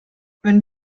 wenn